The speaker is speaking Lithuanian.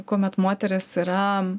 kuomet moterys yra